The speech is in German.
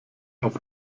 auf